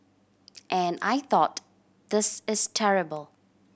and I thought This is terrible